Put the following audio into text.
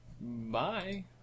Bye